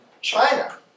China